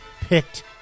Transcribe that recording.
picked